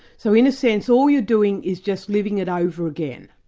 so in a sense, all you're doing is just living it over again.